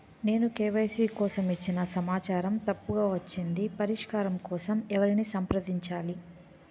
నేను కే.వై.సీ కోసం ఇచ్చిన సమాచారం తప్పుగా వచ్చింది పరిష్కారం కోసం ఎవరిని సంప్రదించాలి?